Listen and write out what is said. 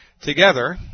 together